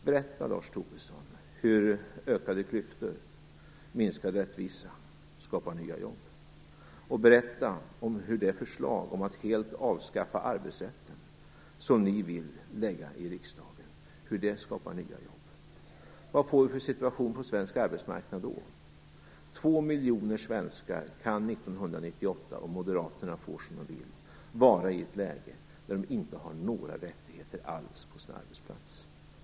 Berätta hur ökade klyftor och minskad rättvisa skapar nya jobb. Berätta hur det förslag att helt avskaffa arbetsrätten som ni vill lägga fram i riksdagen skapar nya jobb. Vad får vi för situation på svensk arbetsmarknad då? Två miljoner svenskar kan 1998, om Moderaterna får som det vill, vara i ett läge där de inte har några rättigheter alls på sin arbetsplats.